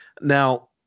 Now